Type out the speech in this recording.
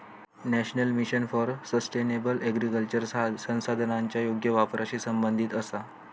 national mission for sustainable agriculture संसाधनांच्या योग्य वापराशी संबंधित आसा